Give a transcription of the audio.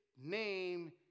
name